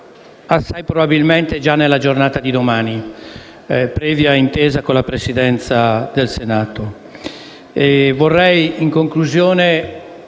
assai probabilmente già nella giornata di domani, previa intesa con la Presidenza del Senato.